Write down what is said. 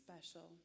special